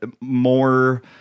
more